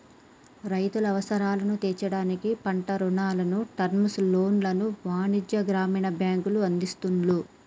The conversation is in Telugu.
రైతుల అవసరాలను తీర్చడానికి పంట రుణాలను, టర్మ్ లోన్లను వాణిజ్య, గ్రామీణ బ్యాంకులు అందిస్తున్రు